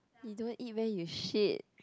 you don't eat where you shit